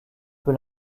peut